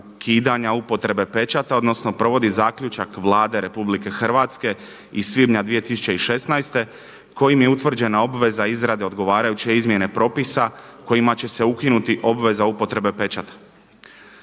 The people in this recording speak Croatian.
ukidanje upotrebe pečata odnosno provodi zaključak Vlade RH iz svibnja 2016. kojim je utvrđena obveza izrade odgovarajuće izmjene propisa kojima će se ukinuti obveza upotrebe pečata.